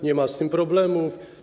Nie ma z tym problemów.